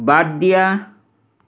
বাদ দিয়া